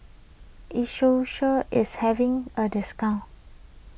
is having a discount